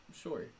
Sure